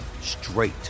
straight